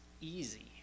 easy